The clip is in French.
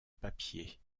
papier